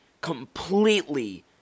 completely